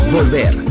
Volver